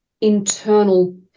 internal